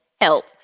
help